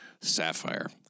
sapphire